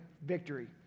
victory